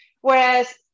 Whereas